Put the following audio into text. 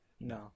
No